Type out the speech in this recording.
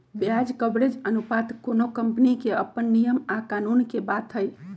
ब्याज कवरेज अनुपात कोनो कंपनी के अप्पन नियम आ कानून के बात हई